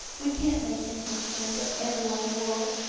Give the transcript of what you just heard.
we can't make intimate friends of every one in the world,